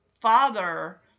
father